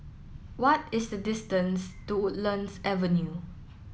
what is the distance to Woodlands Avenue